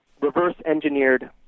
reverse-engineered